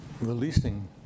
releasing